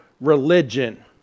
religion